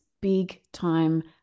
big-time